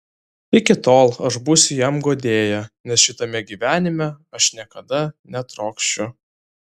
iki tol aš būsiu jam guodėja nes šitame gyvenime aš niekada netrokšiu